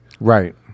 Right